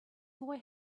boy